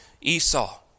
Esau